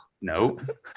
Nope